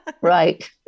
Right